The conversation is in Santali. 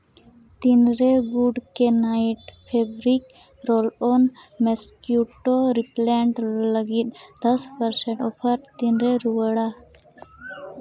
ᱛᱤᱱ ᱨᱮ Good Knight fabric roll on mosquito repellent ᱞᱟᱹᱜᱤᱫ ᱫᱚᱥ ᱯᱟᱨᱥᱮᱱᱴ ᱚᱯᱷᱟᱨ ᱛᱤᱱᱨᱮ ᱨᱩᱣᱟᱹᱲᱟ